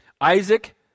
Isaac